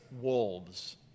wolves